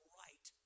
right